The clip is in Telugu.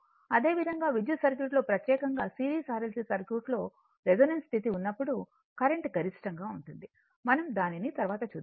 అదే విధంగా విద్యుత్ సర్క్యూట్ లో ప్రత్యేకంగా సిరీస్ RLC సర్క్యూట్ లో రెసోనెన్స్ స్థితి ఉన్నప్పుడు కరెంట్ గరిష్టంగా ఉంటుంది మనం దానిని తర్వాత చూద్దాము